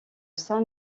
saint